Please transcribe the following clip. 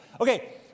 okay